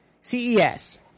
CES